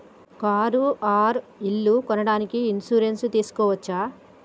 Car or ఇల్లు కొనడానికి insurance తీస్కోవచ్చా?